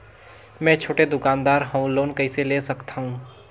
मे छोटे दुकानदार हवं लोन कइसे ले सकथव?